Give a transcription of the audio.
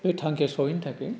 बे थांखियाव सहैनो थाखाय